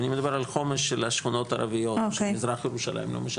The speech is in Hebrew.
חומש של השכונות הערביות, מזרח ירושלים.